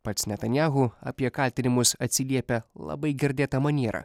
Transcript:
pats netanijahu apie kaltinimus atsiliepia labai girdėta maniera